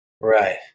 Right